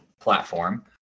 platform